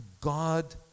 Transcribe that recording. God